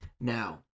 Now